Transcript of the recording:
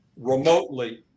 remotely